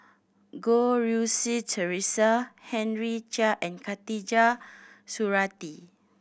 Goh Rui Si Theresa Henry Chia and Khatijah Surattee